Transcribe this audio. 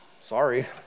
Sorry